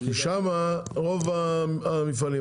ושם רוב המפעלים.